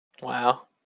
Wow